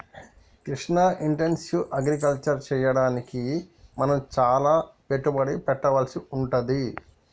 Krishna intensive agriculture చెయ్యడానికి మనం చాల పెట్టుబడి పెట్టవలసి వుంటది